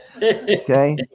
Okay